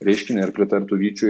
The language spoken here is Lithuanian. reiškinį ar pritartų vyčiui